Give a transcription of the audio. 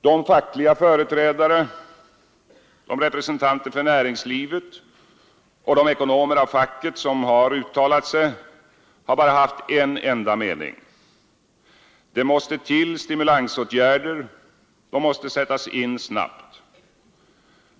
De fackliga företrädare, representanter för näringslivet och ekonomer av facket som har uttalat sig har bara haft en enda mening: Det måste till stimulansåtgärder, och de måste sättas in snabbt.